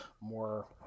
more